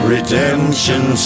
Redemption